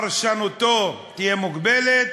שפרשנותו תהיה מוגבלת: